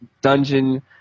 dungeon